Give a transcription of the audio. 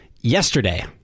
Yesterday